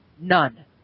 None